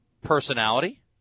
personality